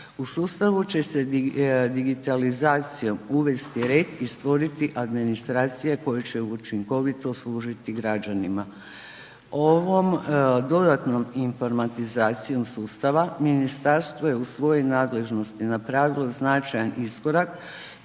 U sustavu će se digitalizacijom uvesti red i stvoriti administracija koja će učinkovito služiti građanima. Ovom dodatnom informatizacijom sustava ministarstvo je u svojoj nadležnosti napravio značajan iskorak